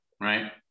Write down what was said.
right